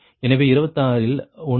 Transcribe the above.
எனவே 26 இல் ஒன்று 0